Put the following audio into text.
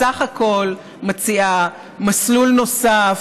בסך הכול מציעה מסלול נוסף,